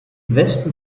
westen